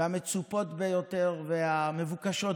המצופות ביותר והמבוקשות ביותר,